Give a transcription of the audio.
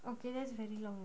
okay that's very long